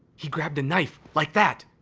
he grabbed a knife like that,